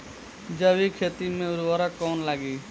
जैविक खेती मे उर्वरक कौन लागी?